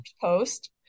post